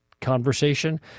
conversation